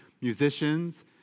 musicians